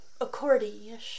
accordion